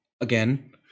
again